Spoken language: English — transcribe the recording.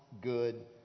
good